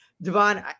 Devon